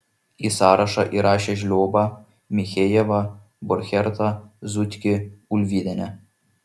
į sąrašą įrašė žliobą michejevą borchertą zutkį ulvydienę